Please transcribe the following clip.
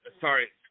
Sorry